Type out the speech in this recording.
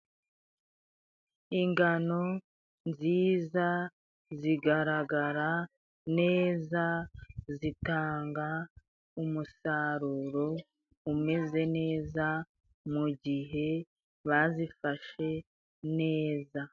Ingano nziza zigaragara neza, zitanga umusaruro umeze neza, mu gihe bazifashe neza.